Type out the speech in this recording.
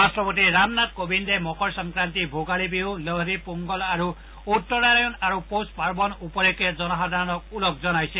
ৰাষ্ট্ৰপতি ৰামনাথ কোবিন্দে মকৰ সংক্ৰান্তি ভোগালী বিহু লোহৰি পোঙ্গল আৰু উত্তৰায়ন আৰু পৌষ পাৰ্বন উপলক্ষে জনসাধাৰণক ওলগ জনাইছে